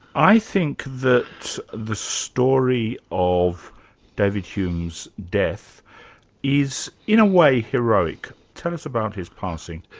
i think that the story of david hume's death is in a way heroic. tell us about his passing.